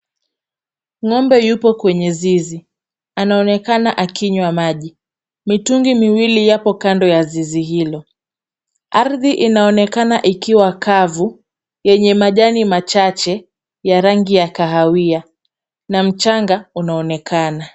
Ng'ombe yupo kwenye zizi. Anaonekana akinywa maji. Mitungi miwili ipo kando ya zizi hilo. Ardhi inaonekana ikiwa kavu, yenye majani machache ya rangi ya kahawia na mchanga unaonekana.